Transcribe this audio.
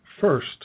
first